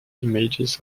images